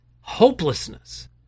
hopelessness